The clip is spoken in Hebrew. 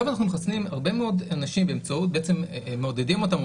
אנחנו מחסנים הרבה מאוד אנשים באמצעות בעצם מעודדים אותם או